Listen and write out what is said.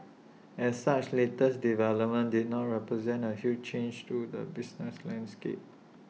as such latest development did not represent A huge change to the business landscape